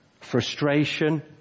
frustration